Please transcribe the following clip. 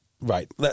Right